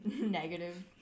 negative